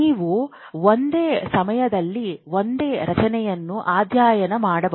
ನೀವು ಒಂದೇ ಸಮಯದಲ್ಲಿ ಒಂದೇ ರಚನೆಯನ್ನು ಅಧ್ಯಯನ ಮಾಡಬಹುದು